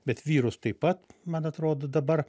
bet vyrus taip pat man atrodo dabar